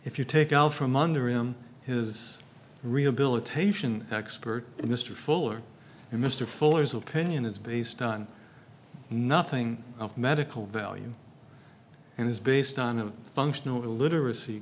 if you take out from under him his rehabilitation expert mr fuller and mr fuller's opinion is based on nothing of medical value and is based on a functional illiteracy